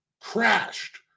crashed